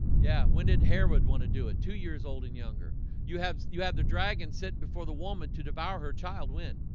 yeah, when did hare would want to do it two years old and younger you have you have the dragon sitting before the woman to devour her child win